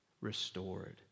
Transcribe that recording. restored